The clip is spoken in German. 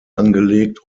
angelegt